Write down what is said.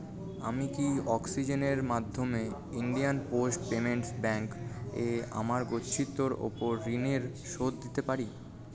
আমি কি অক্সিজেনের মাধ্যমে ইন্ডিয়ান পোস্ট পেমেন্টস ব্যাংকে আমার গচ্ছিতর ওপর ঋণের শোধ দিতে পারি